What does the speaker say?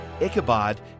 Ichabod